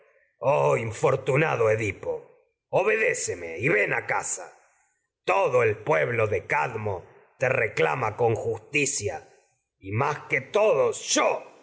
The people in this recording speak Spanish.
oh infortunado edipo obedéceme con y ven todo el pueblo de cadmo te reclama yo por justicia un y más que todos los